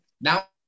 Now